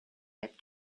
that